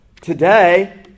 Today